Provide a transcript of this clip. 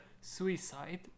suicide